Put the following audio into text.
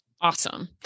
Awesome